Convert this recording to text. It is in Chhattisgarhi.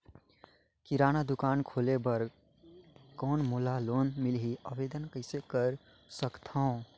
किराना दुकान खोले बर कौन मोला लोन मिलही? आवेदन कइसे कर सकथव?